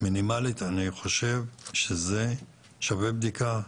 מינימלית אני חושב שזה שווה בדיקה.